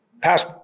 pass